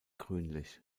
grünlich